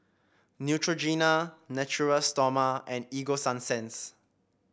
Neutrogena Natura Stoma and Ego Sunsense